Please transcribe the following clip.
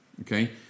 okay